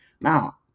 Now